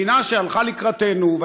מדינה שהלכה לקראתנו,